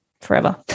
forever